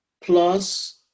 plus